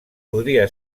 podria